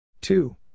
two